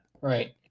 Right